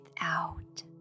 out